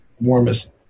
warmest